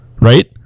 right